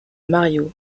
mario